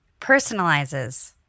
personalizes